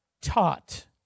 taught